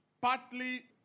partly